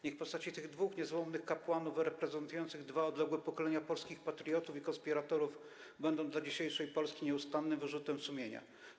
Niech postaci tych dwóch niezłomnych kapłanów reprezentujących dwa odległe pokolenia polskich patriotów i konspiratorów będą dla dzisiejszej Polski nieustannym wyrzutem sumienia.